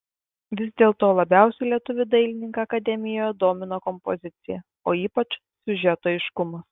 vis dėlto labiausiai lietuvį dailininką akademijoje domino kompozicija o ypač siužeto aiškumas